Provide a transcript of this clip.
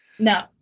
No